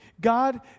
God